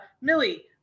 Millie